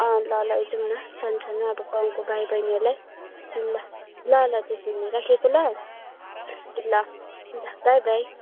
अँ ल ल जाउँ न सानो सानो अब गाउँको भाइ बहिनीहरूलाई ल ल ल त्यसो भने राखेको ल ल बाई बाई